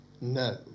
No